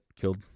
killed